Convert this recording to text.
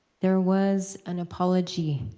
there was an apology,